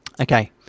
Okay